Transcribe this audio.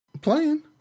playing